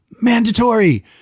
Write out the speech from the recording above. mandatory